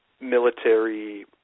military